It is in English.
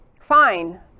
fine